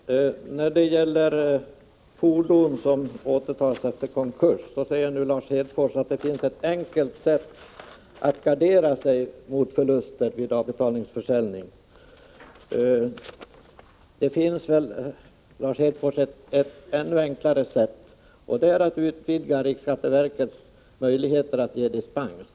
Herr talman! När det gäller fordon som återtas efter konkurs säger Lars Hedfors att det finns ett enkelt sätt att gardera sig mot förluster i samband med avbetalningsförsäljning. Men, Lars Hedfors, det finns väl ett ännu enklare sätt, nämligen att utvidga riksskatteverkets möjligheter att ge dispens.